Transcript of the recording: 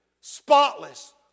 spotless